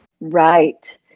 Right